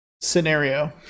scenario